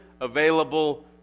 available